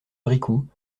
bricout